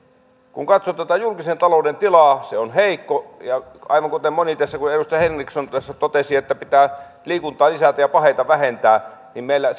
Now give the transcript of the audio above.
kun katsoo tätä julkisen talouden tilaa se on heikko ja aivan kuten moni tässä ja edustaja henrikssonkin totesi pitää liikuntaa lisätä ja paheita vähentää meillä